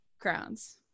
crowns